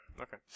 Okay